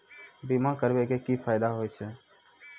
बीमा करबै के की फायदा होय छै?